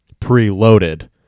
preloaded